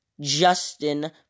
Justin